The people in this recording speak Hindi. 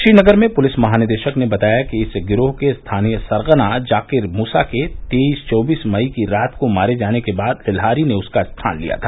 श्रीनगर में पुलिस महानिदेशक ने बताया कि इस गिरोह के स्थानीय सरगना जाकिर मूसा के तेईस चौबीस मई की रात को मारे जाने के बाद लेल्हारी ने उसका स्थान लिया था